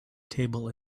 table